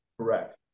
Correct